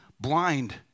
blind